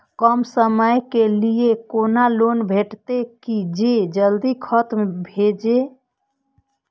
कम समय के लीये कोनो लोन भेटतै की जे जल्दी खत्म भे जे?